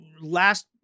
last